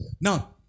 Now